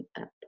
up